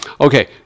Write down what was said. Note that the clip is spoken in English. Okay